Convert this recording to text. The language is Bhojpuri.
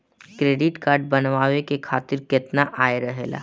क्रेडिट कार्ड बनवाए के खातिर केतना आय रहेला?